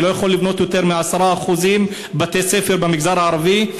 אני לא יכול לבנות יותר מ-10% בתי-ספר במגזר הערבי.